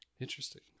Interesting